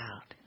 out